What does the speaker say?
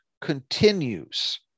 continues